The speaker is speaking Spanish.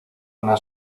una